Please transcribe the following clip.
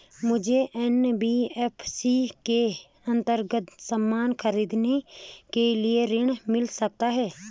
मुझे एन.बी.एफ.सी के अन्तर्गत सामान खरीदने के लिए ऋण मिल सकता है?